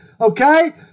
Okay